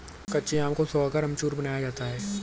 कच्चे आम को सुखाकर अमचूर बनाया जाता है